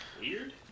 Weird